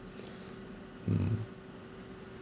mm